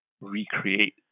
recreate